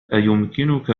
أيمكنك